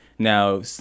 Now